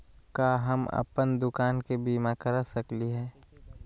का हम अप्पन दुकान के बीमा करा सकली हई?